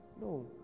no